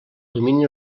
domini